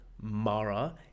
Mara